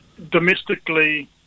Domestically